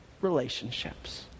relationships